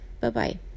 Bye-bye